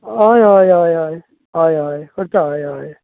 हय हय हय हय हय हय करता हय हय